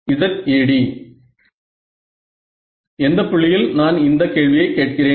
ZAd எந்த புள்ளியில் நான் இந்த கேள்வியை கேட்கிறேன்